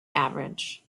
average